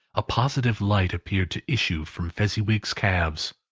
a positive light appeared to issue from fezziwig's calves.